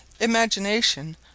Imagination